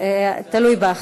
תלוי בך.